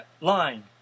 line